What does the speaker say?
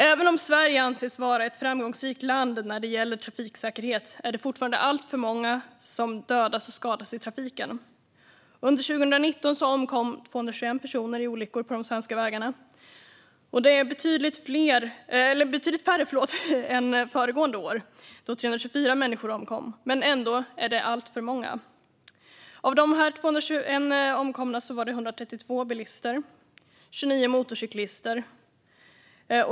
Även om Sverige anses vara ett trafiksäkert land är det fortfarande alltför många som skadas och dödas i trafiken. Under 2019 omkom 221 personer i olyckor på de svenska vägarna. Det är betydligt färre än föregående år då 324 människor omkom - men ändå alltför många. Av de 221 omkomna var 132 bilister och 29 motorcyklister.